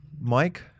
Mike